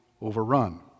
overrun